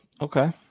okay